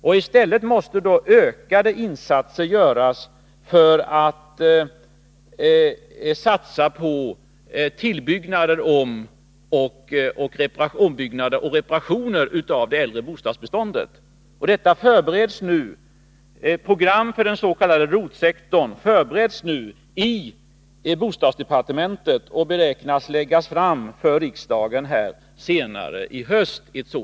I stället måste ökade insatser göras för att satsa på tilloch ombyggnader och reparationer av det äldre bostadsbeståndet. Program för den s.k. rotsektorn förbereds nu i bostadsdepartementet och beräknas läggas fram för riksdagen senare i höst.